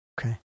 Okay